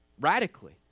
radically